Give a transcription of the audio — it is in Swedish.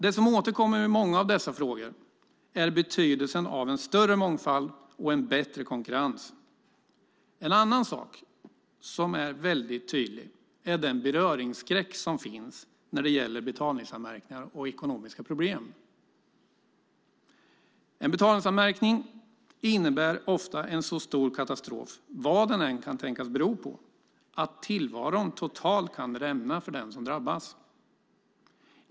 Det som återkommer i många av dessa frågor är betydelsen av en större mångfald och en bättre konkurrens. En annan sak som är tydlig är den beröringsskräck som finns när det gäller betalningsanmärkningar och ekonomiska problem. En betalningsanmärkning innebär ofta en så stor katastrof, vad den än kan tänkas bero på, att tillvaron totalt kan rämna för den som drabbas.